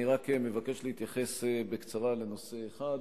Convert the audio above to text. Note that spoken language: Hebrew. אני רק מבקש להתייחס בקצרה לנושא אחד